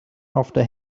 after